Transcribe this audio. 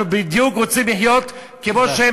אנחנו בדיוק רוצים לחיות כמוהם,